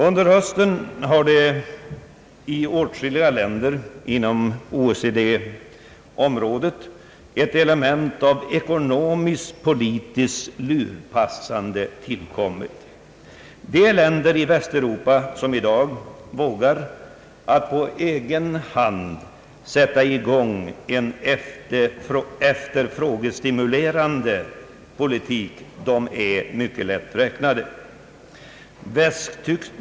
Under hösten har i åtskilliga länder inom OECD-området ett element av ekonomisk-politiskt lurpassande tillkommit. De länder i Västeuropa som i dag vågar att på egen hand sätta i gång en efterfrågestimulerande politik är mycket lätt räknade.